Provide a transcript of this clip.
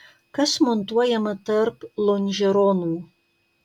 kas montuojama tarp lonžeronų